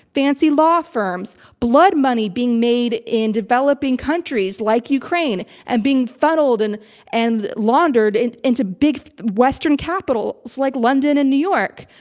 fancy law firms, blood money being made in developing countries like ukraine and being funneled and and laundered and into big western capitals like london and new york.